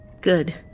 Good